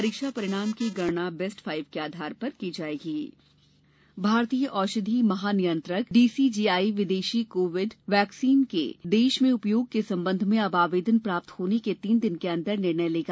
परीक्षा परिणाम की गणना बेस्ट फाइव के आधार पर की जाएगी वैक्सीन मंजूरी भारतीय औषध महानियंत्रक डीसीजीआई विदेशी कोविड वैक्सीन के देश में उपयोग के संबंध में अब आवेदन प्राप्त होने के तीन दिन के अंदर निर्णय लेगा